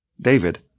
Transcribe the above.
David